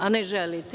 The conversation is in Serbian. A ne želite.